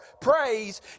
praise